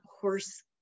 horse